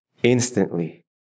Instantly